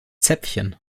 zäpfchen